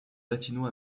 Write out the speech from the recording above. latino